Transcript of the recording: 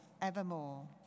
evermore